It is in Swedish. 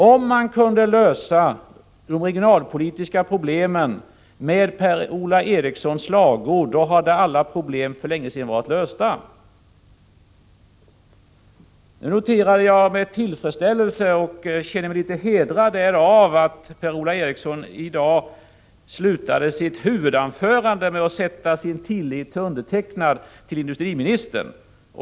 Om man kunde lösa de regionalpolitiska problemen med Per-Ola Erikssons slagord, då skulle alla problem för länge sedan ha varit lösta! Nu noterade jag med tillfredsställelse och jag känner mig också litet hedrad av att Per-Ola Eriksson i dag slutade sitt huvudanförande med att sätta sin tillit till undertecknad, till industriministern.